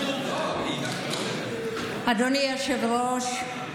אדוני היושב-ראש,